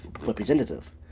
representative